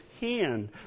hand